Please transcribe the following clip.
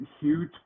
huge